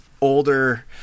older